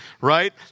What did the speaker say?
Right